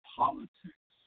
politics